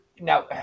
now